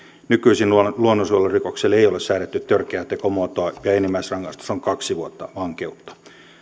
nykyisin luonnonsuojelurikokselle ei ole säädetty törkeää tekomuotoa ja ja enimmäisrangaistus on kaksi vuotta vankeutta